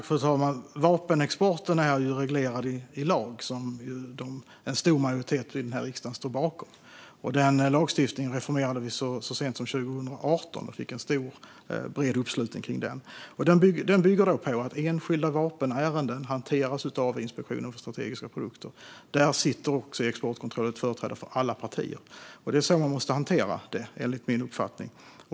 Fru talman! Vapenexporten är reglerad i lag, som en stor majoritet av denna riksdag står bakom. Denna lagstiftning reformerade vi så sent som 2018, och vi fick en stor och bred uppslutning kring den. Den bygger på att enskilda vapenärenden hanteras av Inspektionen för strategiska produkter, och i Exportkontrollrådet sitter företrädare för alla partier. Det är så man måste hantera detta, enligt min uppfattning.